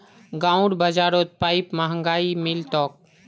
गांउर बाजारत पाईप महंगाये मिल तोक